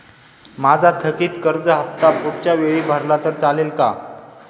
माझा थकीत कर्ज हफ्ता पुढच्या वेळी भरला तर चालेल का?